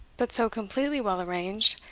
but so completely well arranged,